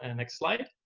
and next slide.